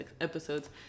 episodes